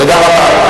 תודה רבה.